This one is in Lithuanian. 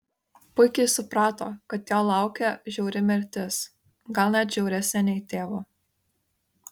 puikiai suprato kad jo laukia žiauri mirtis gal net žiauresnė nei tėvo